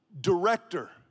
director